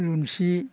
थुलुनसि